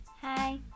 Hi